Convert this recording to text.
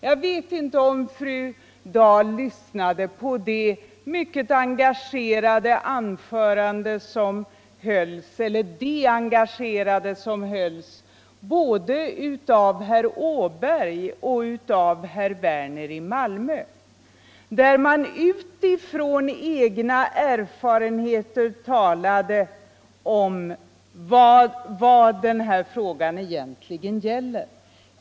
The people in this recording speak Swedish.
Jag vet inte om fru Dahl lyssnade på de mycket engagerade anföranden som hölls av herr Åberg och herr Werner i Malmö. De talade utifrån egna erfarenheter om de människor den här frågan gäller.